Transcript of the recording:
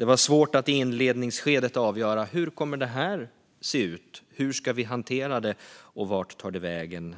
Det var svårt att i inledningsskedet avgöra hur det skulle komma att se ut, hur vi skulle hantera det och vart det skulle ta vägen.